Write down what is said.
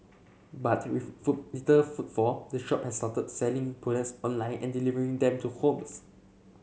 but with foot little footfall the shop has started selling products online and delivering them to homes